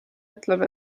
ütleb